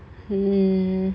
mm